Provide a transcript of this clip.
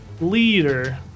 leader